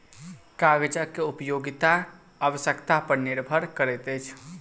कागजक उपयोगिता आवश्यकता पर निर्भर करैत अछि